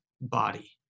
body